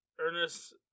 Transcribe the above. Ernest